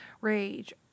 Rage